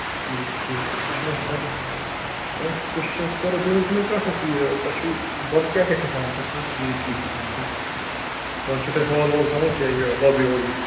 اَچھا ٹھیٖک ٹھیٖک أسۍ وٕچھو بیٚیہِ ؤنۍتو مےٚ کَتھ اَکھ یہِ تۄہہِ چھُو بۄنہٕ کیٛاہ کیٛاہ چھُ تھاوُن تۄہہِ کٔژ بی ایچ کے چھُو تھاوُن تَتہِ بوٚنہٕ چھُو تۄہہِ ہال وال تھاوُن کہِ یہِ لابی وابی